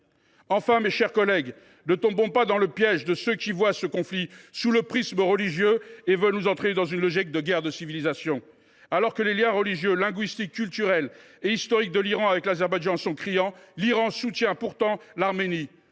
Enfin, mes chers collègues, ne tombons pas dans le piège de ceux qui voient ce conflit sous le prisme religieux et veulent nous entraîner dans une logique de guerre de civilisation ! Alors que les liens religieux, linguistiques, culturels et historiques de l’Iran avec l’Azerbaïdjan sont criants, l’Iran soutient pourtant l’Arménie.